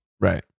Right